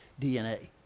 DNA